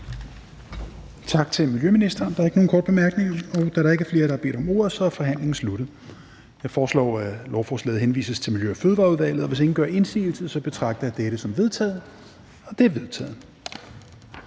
Tak til fru Karina Adsbøl. Der er ikke nogen korte bemærkninger. Da der ikke er flere, som har bedt om ordet, er forhandlingen sluttet. Jeg foreslår, at forslaget henvises til Social- og Ældreudvalget. Hvis ingen gør indsigelse, betragter jeg dette som vedtaget. Det er vedtaget.